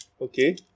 okay